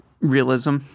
realism